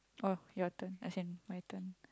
oh your turn as in my turn